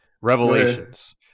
Revelations